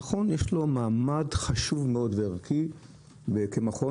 למכון יש מעמד חשוב מאוד וערכי כמכון